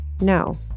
no